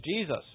jesus